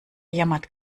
jammert